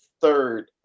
third